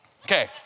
Okay